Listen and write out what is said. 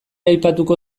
aipatuko